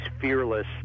fearless